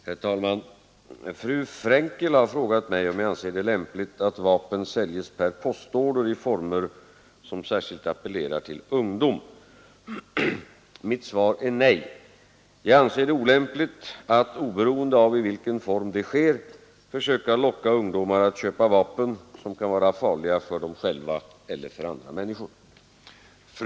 Herr talman! Fru Frenkel har frågat mig om jag anser det lämpligt att vapen säljs per postorder i former som särskilt appellerar till ungdom. Mitt svar är nej. Jag anser det olämpligt att, oberoende av i vilken form det sker, försöka locka ungdomar att köpa vapen, som kan vara farliga för dem själva eller för andra människor.